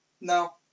No